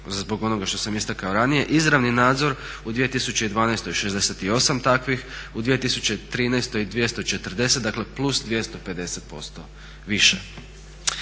zbog onoga što sam istakao ranije, izravni nadzor u 2012. godini 68 takvih, u 2013. godini 240 dakle +250% više.